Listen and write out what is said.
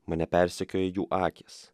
mane persekioja jų akys